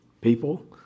people